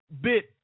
bit